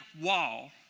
wall